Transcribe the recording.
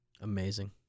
Amazing